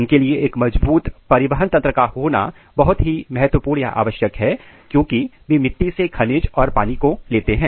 उनके लिए एक मजबूत परिवहन तंत्र का होना बहुत ही महत्वपूर्ण है क्योंकि वे मिट्टी से खनिज और पानी को लेते हैं